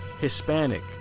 hispanic